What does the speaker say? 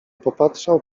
popatrzał